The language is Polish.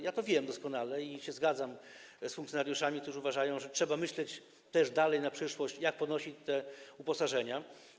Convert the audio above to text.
Ja to wiem doskonale i zgadzam się z funkcjonariuszami, którzy uważają, że trzeba myśleć też, co dalej, co na przyszłość, jak podnosić te uposażenia.